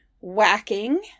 Whacking